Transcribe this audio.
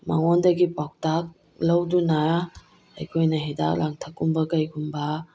ꯃꯉꯣꯟꯗꯒꯤ ꯄꯥꯎꯇꯥꯛ ꯂꯧꯗꯨꯅ ꯑꯩꯈꯣꯏꯅ ꯍꯤꯗꯥꯛ ꯂꯥꯡꯊꯛ ꯀꯨꯝꯕ ꯀꯩꯒꯨꯝꯕ